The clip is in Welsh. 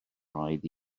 rhaid